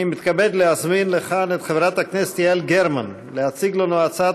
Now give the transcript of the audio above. אני מתכבד להזמין לכאן את חברת הכנסת יעל גרמן להציג לנו הצעת